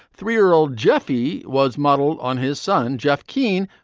three year old jeffie was modeled on his son, jeff kihn,